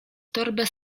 torbę